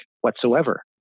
whatsoever